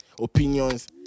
opinions